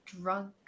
drunk